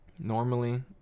Normally